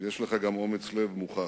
ויש לך גם אומץ לב מוכח.